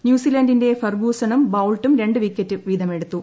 ന്യൂസിലാന്റിന്റെ ഫെർഗൂസണും ബൌൾട്ടും രണ്ട് വീതം വിക്കറ്റെടുത്തു